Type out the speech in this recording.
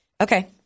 Okay